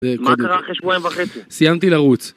מה קרה אחרי שבועיים וחצי? סיימתי לרוץ